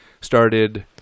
started